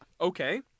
Okay